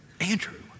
Andrew